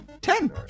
Ten